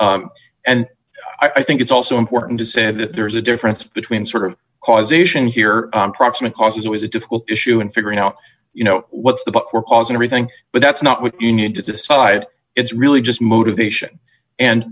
and i think it's also important to say that there's a difference between sort of causation here proximate cause is always a difficult issue in figuring out you know what's the book for causing everything but that's not what you need to decide it's really just motivation and